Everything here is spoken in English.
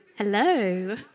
Hello